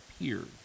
appeared